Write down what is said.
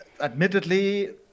admittedly